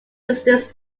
distance